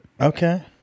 Okay